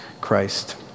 Christ